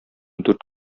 дүрт